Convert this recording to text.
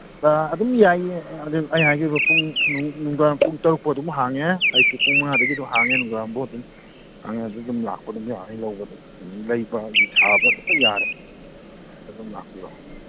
ꯑꯥ ꯑꯗꯨꯝ ꯌꯥꯏꯌꯦ ꯑꯗꯨꯝ ꯑꯩ ꯍꯥꯏꯁꯦ ꯄꯨꯡ ꯅꯨꯡꯗꯥꯡꯋꯥꯏꯔꯝ ꯄꯨꯡ ꯇꯔꯨꯛ ꯐꯥꯎ ꯑꯗꯨꯝ ꯍꯥꯡꯉꯦ ꯑꯌꯨꯛꯀꯤ ꯄꯨꯡ ꯃꯉꯥꯗꯒꯤ ꯑꯗꯨ ꯍꯥꯡꯉꯦ ꯅꯨꯡꯗꯥꯡꯋꯥꯏꯔꯝꯕꯧ ꯑꯗꯨꯝ ꯍꯥꯡꯉꯦ ꯂꯥꯛꯄ ꯑꯗꯨꯝ ꯌꯥꯅꯤ ꯂꯧꯕ ꯑꯗꯨꯝ ꯂꯩꯕ ꯁꯥꯕ ꯂꯣꯏ ꯌꯥꯔꯦ ꯑꯗꯨꯝ ꯂꯥꯛꯄꯤꯔꯣ